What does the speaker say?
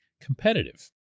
competitive